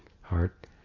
heart